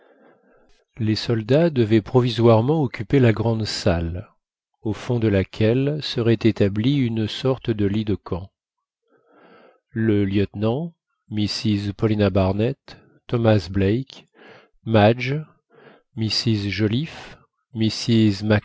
les soldats devaient provisoirement occuper la grande salle au fond de laquelle serait établi une sorte de lit de camp le lieutenant mrs paulina barnett thomas black madge mrs joliffe mrs